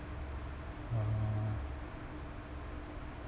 uh